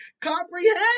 comprehend